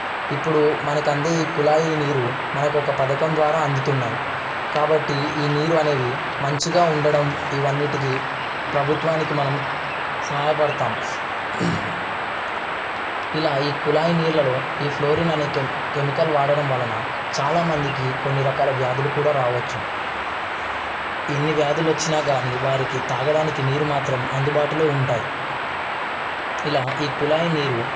ఇప్పుడు మనకు అందే ఈ కుళాయి నీరు మనకు ఒక పథకం ద్వారా అందుతున్నాయి కాబట్టి ఈ నీరు అనేది మంచిగా ఉండడం ఇవన్నీటికి ప్రభుత్వానికి మనం సహాయపడతాం ఇలా ఈ కుళాయి నీళ్లలో ఈ ఫ్లోరిన్ అనే కెమి కెమికల్ వాడడం వలన చాలామందికి కొన్ని రకాల వ్యాధులు కూడా రావచ్చు ఎన్ని వ్యాధులు వచ్చినా కాని వారికి తాగడానికి నీరు మాత్రం అందుబాటులో ఉంటాయి ఇలా ఈ కుళాయి నీరు